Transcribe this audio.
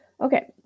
Okay